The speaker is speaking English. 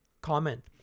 Comment